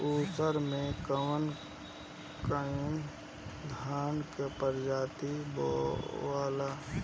उसर मै कवन कवनि धान के प्रजाति बोआला?